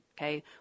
Okay